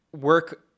work